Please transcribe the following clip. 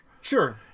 Sure